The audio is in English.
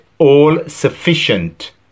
all-sufficient